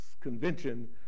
Convention